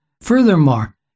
Furthermore